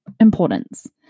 importance